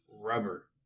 rubber